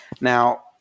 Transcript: Now